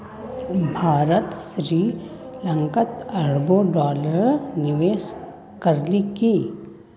भारत श्री लंकात अरबों डॉलरेर निवेश करील की